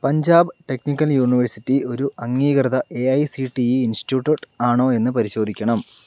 Punjab technical university ഒരു അംഗീകൃത A I C T E institute ആണോ എന്ന് പരിശോധിക്കണം